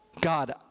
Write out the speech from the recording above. God